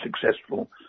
successful